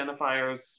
identifiers